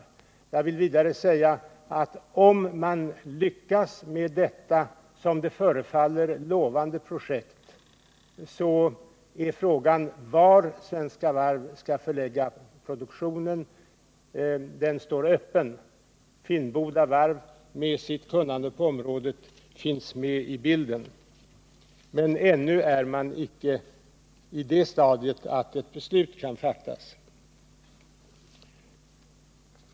Jag vill vidare säga att om man lyckas med detta som det förefaller lovande projekt så står frågan om var Svenska Varv skall förlägga produktionen öppen. Finnboda Varv med sitt kunnande på området finns med i bilden, men ännu har man icke kommit till det stadiet att ett beslut kan fattas.